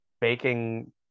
baking